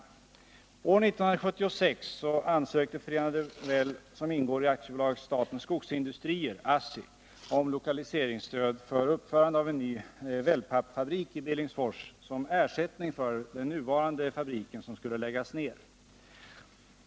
År 1976 ansökte Förenade Well, som ingår i AB Statens Skogsindustrier (ASSD, om lokaliseringsstöd för uppförande av en ny wellpappfabrik i Billingsfors som ersättning för den nuvarande fabriken, som skulle läggas ner.